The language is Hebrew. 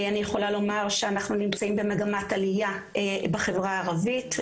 אני יכולה לומר שאנחנו נמצאים במגמת עלייה בחברה הערבית.